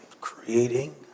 creating